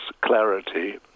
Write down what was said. clarity